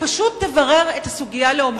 אם פשוט תברר את הסוגיה לעומקה.